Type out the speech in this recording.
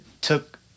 took